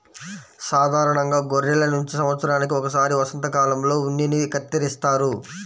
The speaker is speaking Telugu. సాధారణంగా గొర్రెల నుంచి సంవత్సరానికి ఒకసారి వసంతకాలంలో ఉన్నిని కత్తిరిస్తారు